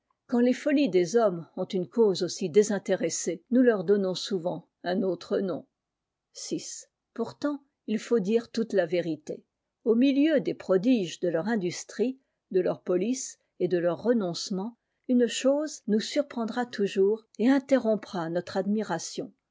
quand les folîas des hommes ont une cause aussi désintére nous leur donnons souvent un autre nom pourtant il faut dire toute la vérité au milieu des prodiges de leur industrie de leur police et de leurs renoncements une cliose nous surprendra toujours et interrompra notre admiration